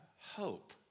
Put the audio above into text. hope